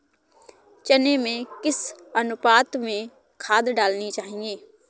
चने में किस अनुपात में खाद डालनी चाहिए?